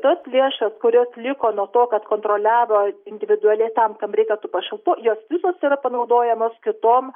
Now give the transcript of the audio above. tos lėšos kurios liko nuo to kad kontroliavo individualiai tam kam reikia tų pašalpų jos visos yra panaudojamos kitom